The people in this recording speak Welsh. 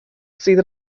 sydd